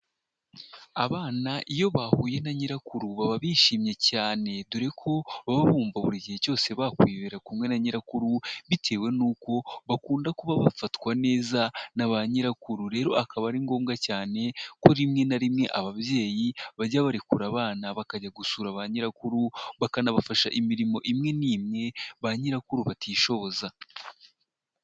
Abana iyo bahuye na nyirakuru baba bishimye cyane, dore ko baba bumva buri igihe cyose bakwibera kumwe na nyirakuru, bitewe n'uko bakunda kuba bafatwa neza na banyirakuru. Rero akaba ari ngombwa cyane ko rimwe na rimwe ababyeyi bajya barekura abana bakajya gusura banyirakuru bakanabafasha imirimo imwe n'imwe banyirakuru batishoza.